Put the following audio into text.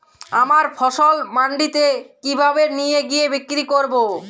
আমার ফসল মান্ডিতে কিভাবে নিয়ে গিয়ে বিক্রি করব?